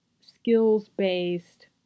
skills-based